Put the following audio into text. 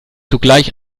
sogleich